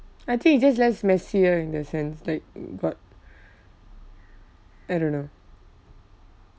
I think it's just less messier in the sense like got I don't know